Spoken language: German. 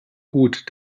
gut